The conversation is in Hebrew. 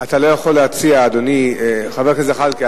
אתה לא יכול להציע, אדוני חבר הכנסת זחאלקה.